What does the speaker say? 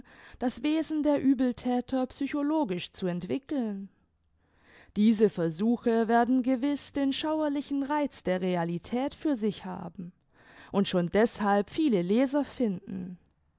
das wesen der uebelthäter psychologisch zu entwickeln diese versuche werden gewiß den schauerlichen reiz der realität für sich haben und schon deßhalb viele leser finden